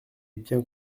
bien